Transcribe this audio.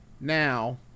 now